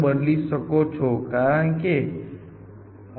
તેથી beam stack જે કરી રહ્યું છે તે બેકટ્રેકિંગ પ્રક્રિયામાં મદદ કરી રહ્યું છે